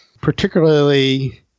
Particularly